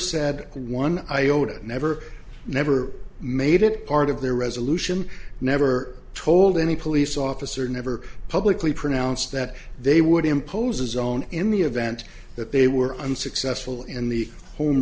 said one iota never never made it part of their resolution never told any police officer never publicly pronounced that they would impose a zone in the event that they were unsuccessful in the home